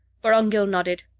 vorongil nodded.